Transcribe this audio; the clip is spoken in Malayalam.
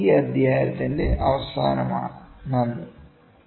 ഇതോടെ ഈ അധ്യായത്തിന്റെ അവസാനമാണ് നന്ദി